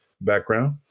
background